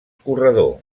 corredor